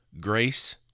grace